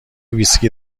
ویسکی